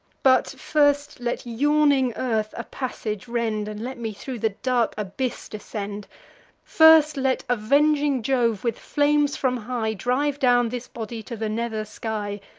but first let yawning earth a passage rend, and let me thro' the dark abyss descend first let avenging jove, with flames from high, drive down this body to the nether sky,